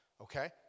Okay